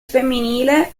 femminile